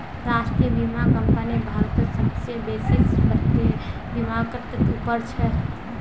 राष्ट्रीय बीमा कंपनी भारतत सबसे बेसि बीमाकर्तात उपर छ